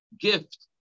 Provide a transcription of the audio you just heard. gift